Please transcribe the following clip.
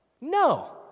No